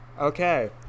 Okay